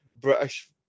British